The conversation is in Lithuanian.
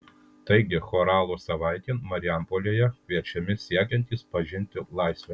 taigi choralo savaitėn marijampolėje kviečiami siekiantys pažinti laisvę